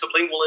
sublingual